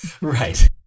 Right